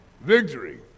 victory